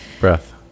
breath